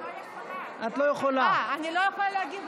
איפה ההצבעה?